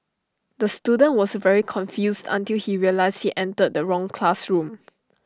the student was very confused until he realised he entered the wrong classroom